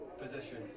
position